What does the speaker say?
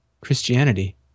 christianity